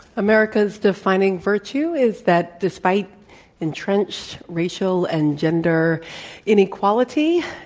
america's defining virtue is that despite entrenched racial and gender inequality,